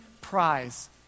prize